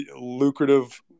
lucrative